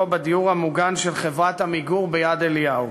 בדיור המוגן של חברת "עמיגור" ביד-אליהו.